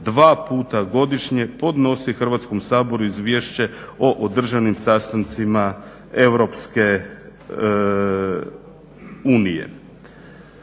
dva puta godišnje podnosi Hrvatskom saboru izvješće o održanim sastancima Europske unije.